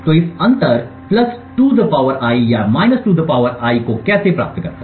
तो इस अंतर 2 I या 2 I को कैसे प्राप्त करता है